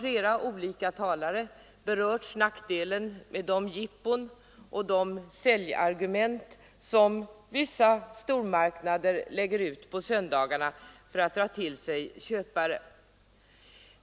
Flera olika talare har berört nackdelarna med de jippon och säljargument som vissa stormarknader lägger ut på söndagarna för att dra till sig köpare.